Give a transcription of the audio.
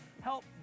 help